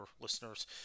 listeners